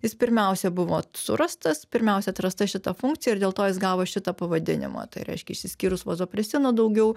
jis pirmiausia buvo surastas pirmiausia atrasta šita funkcija ir dėl to jis gavo šitą pavadinimą tai reiškia išsiskyrus vazopresino daugiau